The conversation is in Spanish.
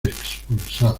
expulsados